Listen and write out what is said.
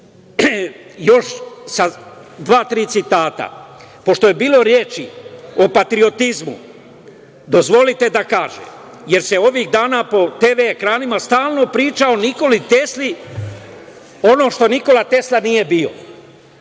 sa dva, tri citata. Pošto je bilo reči o patriotizmu, dozvolite da kažem, jer se ovih dana po TV ekranima stalno priča o Nikoli Tesli, ono što Nikola Tesla nije